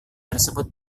tersebut